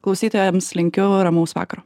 klausytojams linkiu ramaus vakaro